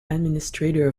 administrator